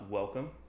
welcome